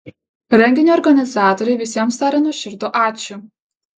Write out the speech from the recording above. renginio organizatoriai visiems taria nuoširdų ačiū